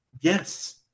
yes